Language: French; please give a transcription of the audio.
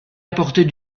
apporter